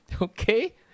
Okay